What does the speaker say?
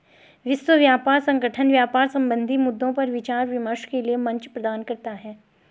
विश्व व्यापार संगठन व्यापार संबंधी मद्दों पर विचार विमर्श के लिये मंच प्रदान करता है